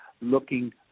looking